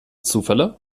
zufälle